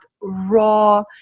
raw